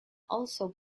also